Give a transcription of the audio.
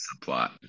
subplot